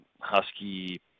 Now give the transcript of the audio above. Husky